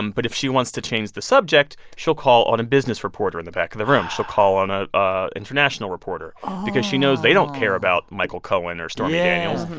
um but if she wants to change the subject, she'll call on a business reporter in the back of the room. she'll call on an ah ah international reporter because she knows they don't care about michael cohen or stormy daniels.